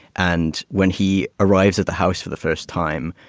and when he arrives at the house for the first time,